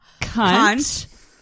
Cunt